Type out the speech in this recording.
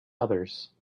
others